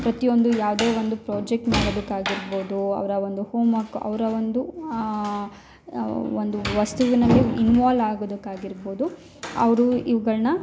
ಪ್ರತಿಯೊಂದು ಯಾವುದೇ ಒಂದು ಪ್ರಾಜೆಕ್ಟ್ ಮಾಡುದಕ್ಕೆ ಆಗಿರ್ಬೋದು ಅವರ ಒಂದು ಹೋಮ್ವರ್ಕ್ ಅವ್ರ ಒಂದು ಒಂದು ವಸ್ತುವಿನಲ್ಲಿ ಇನ್ವಾಲ್ವ್ ಆಗೋದಕ್ಕೆ ಆಗಿರ್ಬೋದು ಅವರು ಇವ್ಗಳ್ನ